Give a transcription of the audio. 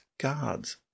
God's